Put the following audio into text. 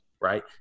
Right